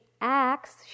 acts